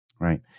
right